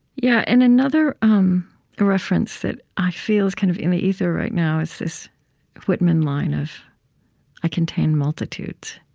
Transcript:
yeah, and another um reference that i feel is kind of in the ether right now is this whitman line of i contain multitudes.